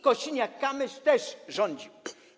Kosiniak-Kamysz też rządził.